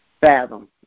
fathom